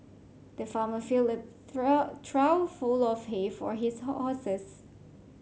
the farmer filled a trough full of hay for his horses